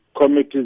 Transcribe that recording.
committee's